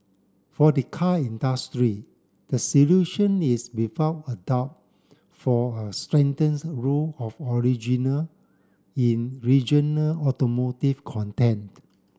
for the car industry the solution is without a doubt for a strengthened rule of original in regional automotive content